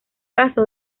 caso